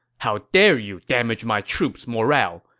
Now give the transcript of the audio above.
how dare you damage my troops' morale?